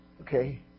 okay